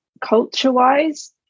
culture-wise